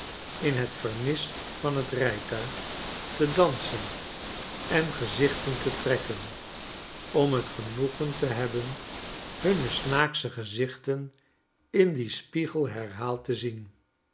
in het vrnis van het rijtuig te dansen en gezichten te trekken om het genoegen te hebben hunne wnaaksche gezichten in dien spiegel herhaald te zien